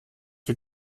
für